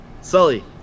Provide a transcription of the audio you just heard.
Sully